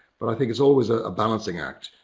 but i think it's always a balancing act.